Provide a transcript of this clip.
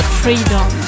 freedom